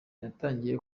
natangiye